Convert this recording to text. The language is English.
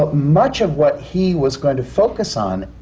ah much of what he was going to focus on,